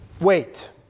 wait